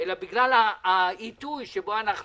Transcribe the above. אלא בגלל העיתוי שבו אנחנו